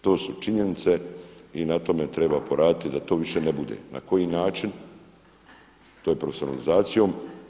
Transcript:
To su činjenice i na tome treba poraditi da to više ne bude, na koji način to je profesionalizacijom.